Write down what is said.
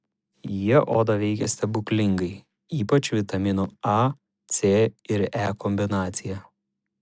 jie odą veikia stebuklingai ypač vitaminų a c ir e kombinacija